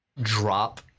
drop